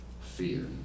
fear